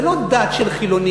זה לא דת של חילונים,